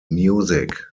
music